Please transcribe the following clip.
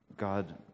God